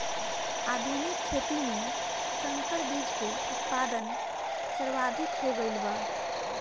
आधुनिक खेती में संकर बीज के उत्पादन सर्वाधिक हो गईल बा